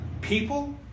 People